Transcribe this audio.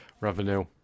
revenue